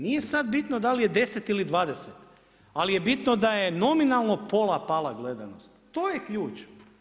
Nije sad bitno da li je 10 ili 20, ali je bitno da je nominalno pola pala gledanost, to je ključ.